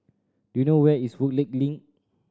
do you know where is Woodleigh Link